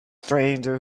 stranger